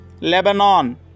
Lebanon